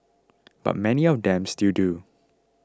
but many of them still do